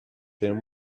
them